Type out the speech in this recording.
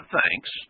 thanks